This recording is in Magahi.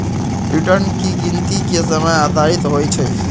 रिटर्न की गिनति के समय आधारित होइ छइ